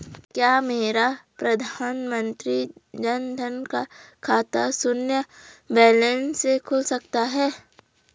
क्या मेरा प्रधानमंत्री जन धन का खाता शून्य बैलेंस से खुल सकता है?